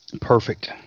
perfect